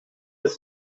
ist